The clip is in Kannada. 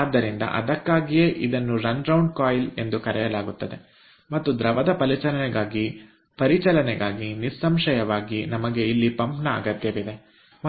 ಆದ್ದರಿಂದ ಅದಕ್ಕಾಗಿಯೇ ಇದನ್ನು ರನ್ರೌಂಡ್ ಕಾಯಿಲ್ ಎಂದು ಕರೆಯಲಾಗುತ್ತದೆ ಮತ್ತು ದ್ರವದ ಪರಿಚಲನೆಗಾಗಿ ನಿಸ್ಸಂಶಯವಾಗಿ ನಮಗೆ ಇಲ್ಲಿ ಪಂಪ್ ನ ಅಗತ್ಯವಿದೆ